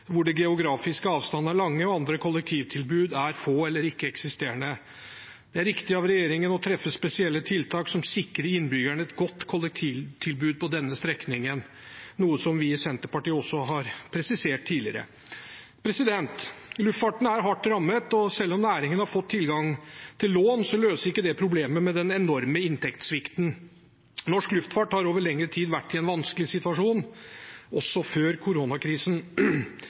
andre kollektivtilbud er få eller ikke-eksisterende. Det er riktig av regjeringen å treffe spesielle tiltak som sikrer innbyggerne et godt kollektivtilbud på denne strekningen, noe vi i Senterpartiet også har presisert tidligere. Luftfarten er hardt rammet, og selv om næringen har fått tilgang til lån, løser ikke det problemet med den enorme inntektssvikten. Norsk luftfart har over lengre tid vært i en vanskelig situasjon, også før koronakrisen.